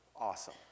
Awesome